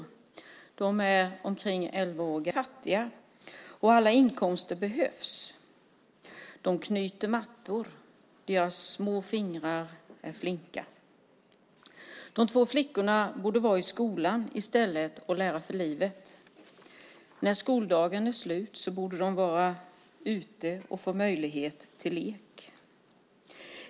De är omkring elva år gamla. Deras familjer är fattiga, och alla inkomster behövs. De knyter mattor. Deras små fingrar är flinka. De två flickorna borde vara i skolan i stället och lära för livet. När skoldagen är slut borde de vara ute och få möjlighet till lek.